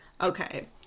Okay